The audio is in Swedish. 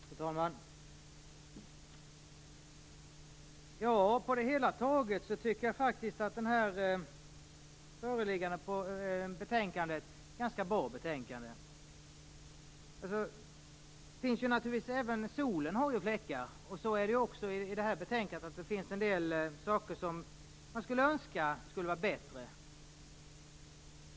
Fru talman! På det hela taget tycker jag faktiskt att det här betänkandet är ganska bra. Men även solen har ju fläckar, och också i det här betänkandet finns det en del saker som man skulle kunna önska att de var bättre.